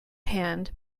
hand